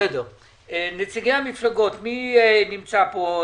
נציגי המפלגות, מי נמצא פה?